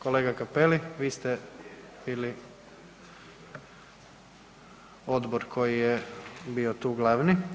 Kolega Cappelli, vi ste bili odbor koji je bio tu glavni.